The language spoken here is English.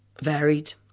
varied